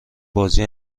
بازی